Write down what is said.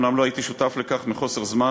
אומנם לא הייתי שותף לכך, מחוסר זמן